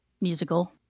musical